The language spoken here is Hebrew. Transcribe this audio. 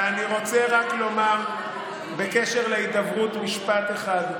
ואני רק רוצה רק לומר בקשר להידברות משפט אחד.